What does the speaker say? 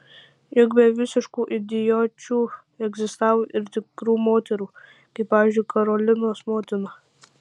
juk be visiškų idiočių egzistavo ir tikrų moterų kaip pavyzdžiui karolinos motina